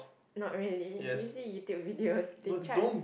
not really did you see YouTube videos they tried